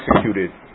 executed